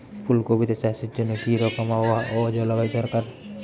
ফুল কপিতে চাষের জন্য কি রকম আবহাওয়া ও জলবায়ু দরকার?